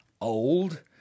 old